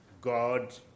God